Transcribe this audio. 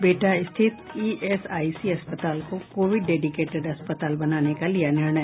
बिहटा स्थित ईएसआईसी अस्पताल को कोविड डेडिकेटेड अस्पताल बनाने का लिया निर्णय